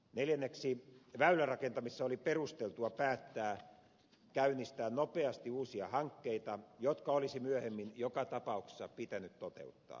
neljänneksi väylärakentamisessa oli perusteltua päättää käynnistää nopeasti uusia hankkeita jotka olisi myöhemmin joka tapauksessa pitänyt toteuttaa